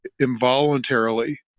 involuntarily